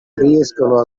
riescono